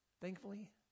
Thankfully